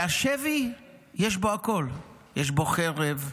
שהשבי יש בו הכול, יש בו חרב,